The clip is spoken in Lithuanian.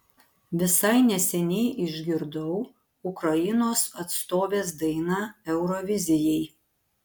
visai neseniai išgirdau ukrainos atstovės dainą eurovizijai